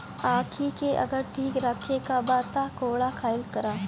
आंखी के अगर ठीक राखे के बा तअ कोहड़ा खाइल करअ